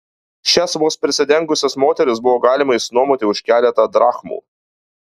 šias vos prisidengusias moteris buvo galima išsinuomoti už keletą drachmų